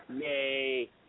Yay